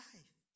Life